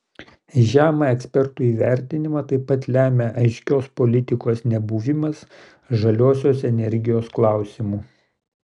žemą ekspertų įvertinimą taip pat lemią aiškios politikos nebuvimas žaliosios energijos klausimu